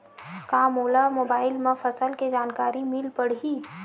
का मोला मोबाइल म फसल के जानकारी मिल पढ़ही?